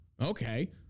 Okay